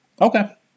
okay